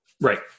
Right